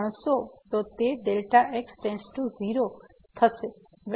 તેથી f 1 Δ x ને f માંથી બાદ કરતા અને તેને x દ્વારા વિભાજિત કરતા આ અહીં થશે નહી